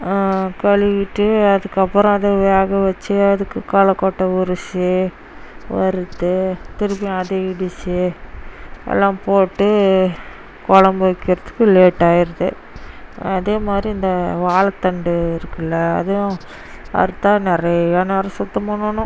கழுவிட்டு அதுக்கப்புறம் அதை வேக வச்சு அதுக்கு உரிச்சு வறுத்து திருப்பி அதை இடிச்சு எல்லாம் போட்டு குழம்பு வைக்கிறதுக்கு லேட்டாயிருது அதே மாதிரி இந்த வாழைத்தண்டு இருக்குல்ல அதுவும் அறுத்தால் நிறையா நேரம் சுத்தம் பண்ணனும்